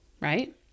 right